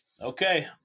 Okay